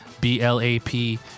B-L-A-P